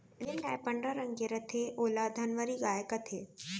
जेन गाय पंडरा रंग के रथे ओला धंवरी गाय कथें